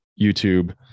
YouTube